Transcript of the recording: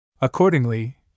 Accordingly